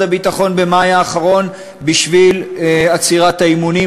הביטחון במאי האחרון בשביל עצירת האימונים,